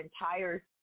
entire